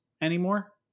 anymore